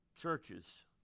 churches